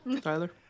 Tyler